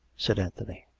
said anthony.